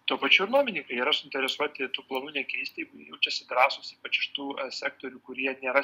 tuo pačiu ir nuomininkai yra suinteresuoti tų planų nekeisti jaučiasi drąsūs ypač iš tų sektorių kur jie nėra